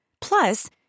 Plus